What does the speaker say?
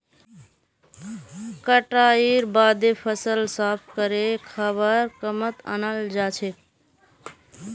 कटाईर बादे फसल साफ करे खाबार कामत अनाल जाछेक